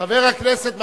חבר הכנסת מג'אדלה,